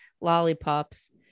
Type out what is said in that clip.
lollipops